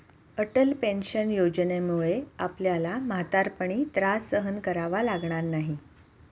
Atal pension योजनेमुळे आपल्याला म्हातारपणी त्रास सहन करावा लागणार नाही